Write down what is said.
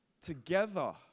Together